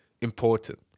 important